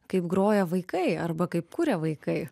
kaip groja vaikai arba kaip kuria vaikai